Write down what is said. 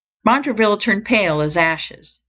montraville turned pale as ashes.